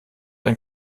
ein